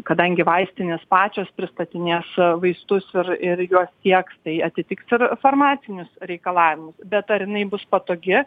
kadangi vaistinės pačios pristatinės vaistus ir ir juos tieks tai atitiks ir farmacinius reikalavimus bet ar jinai bus patogi